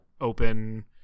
open